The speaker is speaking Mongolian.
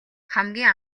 хамгийн